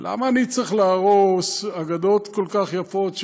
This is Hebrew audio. למה אני צריך להרוס אגדות כל כך יפות,